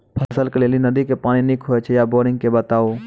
फसलक लेल नदी के पानि नीक हे छै या बोरिंग के बताऊ?